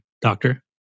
Doctor